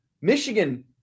Michigan